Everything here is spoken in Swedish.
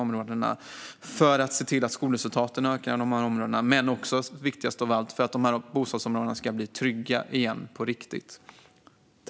Jag vill också fråga vilken plan ministern har för att se till att skolresultaten höjs i de områdena. Och viktigast av allt är att fråga vilka planer ministern har för att de bostadsområdena ska bli trygga igen på riktigt.